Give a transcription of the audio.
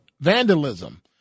vandalism